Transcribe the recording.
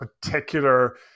particular